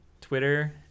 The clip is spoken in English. Twitter